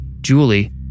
Julie